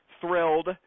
thrilled